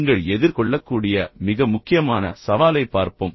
நீங்கள் எதிர்கொள்ளக்கூடிய மிக முக்கியமான சவாலைப் பார்ப்போம்